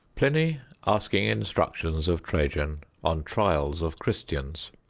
pliny asking instructions of trajan on trials of christians